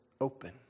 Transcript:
open